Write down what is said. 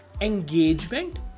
engagement